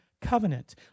covenant